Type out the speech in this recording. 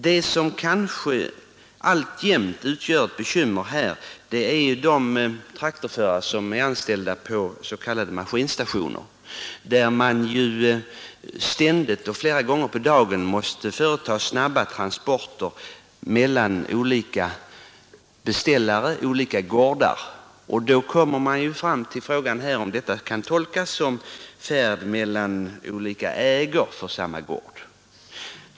Något som alltjämt utgör ett bekymmer är de traktorförare som är anställda hos s.k. maskinstationer, där de ständigt — och flera gånger om dagen — måste företa snabba transporter mellan olika beställare, olika gårdar. Härvid uppkommer frågan om detta kan tolkas som färd till eller från arbetsplats.